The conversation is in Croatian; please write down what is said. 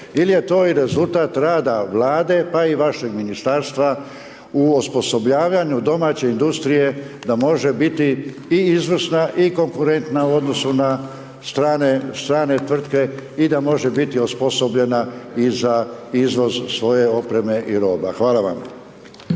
ili je to i rezultat rada vlade pa i vašeg ministarstava u osposobljavanju domaće industrije da može biti i izvrsna i konkurenta u odnosu na strane tvrtke i da može biti osposobljena i za izvoz svoje opreme i roba. Hvala vam.